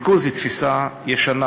"ניקוז" היא תפיסה ישנה